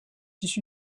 issu